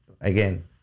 again